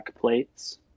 plates